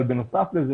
בנוסף לזה,